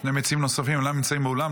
שני מציעים נוספים אינם נמצאים באולם,